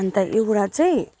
अनि त एउटा चाहिँ